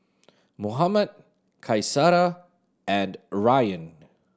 Muhammad Qaisara and Ryan